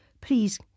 please